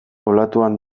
olatuan